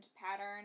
pattern